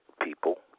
people